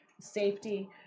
safety